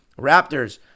Raptors